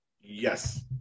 Yes